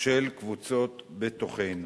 של קבוצות בתוכנו.